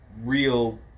real